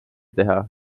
teha